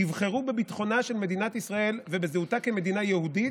תבחרו בביטחונה של מדינת ישראל ובזהותה כמדינה יהודית,